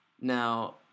Now